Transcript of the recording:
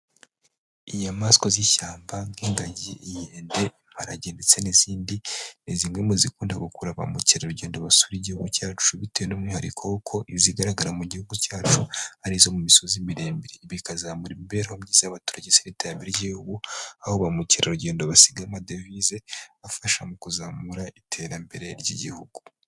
Inyamaswa z'ishyamba nk'inga, inkende, imparage, ndetse n'izindi, ni zimwe mu zikunda gukuru ba mukerarugendo basura igihugu cyacu, bitewe n'umwihariko ko izigaragara mu gihugu cyacu arizo mu misozi miremire, bikazamura imibereho myiza y'abaturage n'iterambere ry'igihugu, aho ba mukerarugendo basiga amadevize afasha mu kuzamura iterambere ry'igihugu.